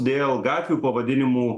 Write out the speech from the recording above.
dėl gatvių pavadinimų